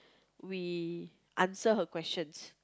we answer her questions